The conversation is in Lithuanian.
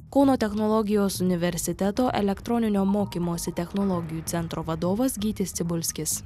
kauno technologijos universiteto elektroninio mokymosi technologijų centro vadovas gytis cibulskis